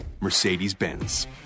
Mercedes-Benz